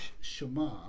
Shema